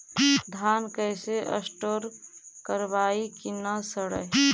धान कैसे स्टोर करवई कि न सड़ै?